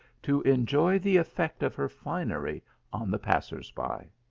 to enjoy the effect of her finery on the passers by.